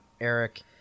Eric –